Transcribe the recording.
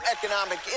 Economic